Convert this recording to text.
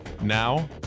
Now